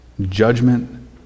judgment